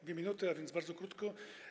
2 minuty, a więc bardzo krótko.